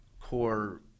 core